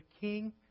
king